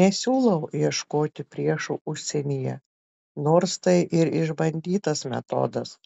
nesiūlau ieškoti priešų užsienyje nors tai ir išbandytas metodas